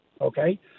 okay